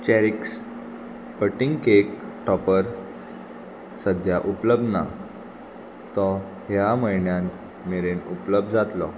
CherishX cutting cake topper सद्या उपलब्ध ना तो ह्या म्हयन्यांत मेरेन उपलब्ध जातलो